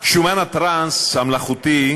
שומן הטראנס המלאכותי,